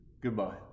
Goodbye